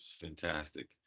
Fantastic